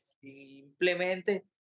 Simplemente